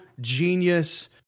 genius